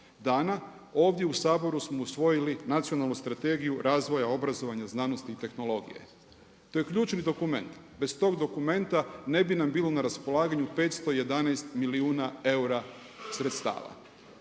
dana, ovdje u Saboru smo usvojili Nacionalnu strategiju razvoja, obrazovanja, znanosti i tehnologije. To je ključni dokument. Bez tog dokumenta ne bi nam bilo na raspolaganju 511 milijuna eura sredstava.